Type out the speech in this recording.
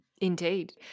Indeed